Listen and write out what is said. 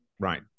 Right